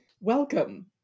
welcome